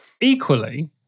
Equally